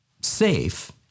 safe